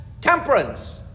Temperance